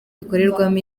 bikorerwamo